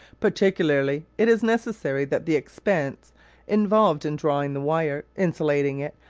particularly it is necessary that the expense involved in drawing the wire, insulating it,